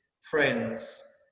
friends